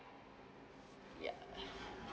ya